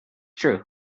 true